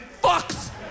fucks